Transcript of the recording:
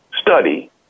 study